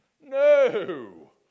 No